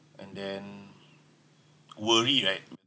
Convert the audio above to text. and then worry right